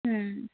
হুম